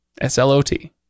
s-l-o-t